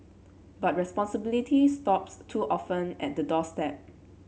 but responsibility stops too often at the doorstep